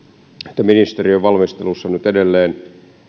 että ministeriön valmistelussa nyt edelleen